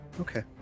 Okay